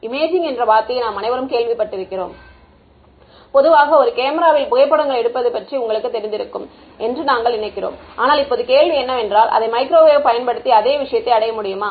imaging என்ற வார்த்தையை நாம் அனைவரும் கேள்விப்பட்டிருக்கிறோம் பொதுவாக ஒரு கேமராவில் புகைப்படங்கள் எடுப்பது பற்றி உங்களுக்குத் தெரிந்திருக்கும் என்று நாங்கள் நினைக்கிறோம் ஆனால் இப்போது கேள்வி என்னவென்றால் அதை மைக்ரோவேவ்வை பயன்படுத்தி அதே விஷயத்தை அடைய முடியுமா